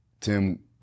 Tim